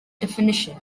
definition